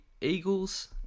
Eagles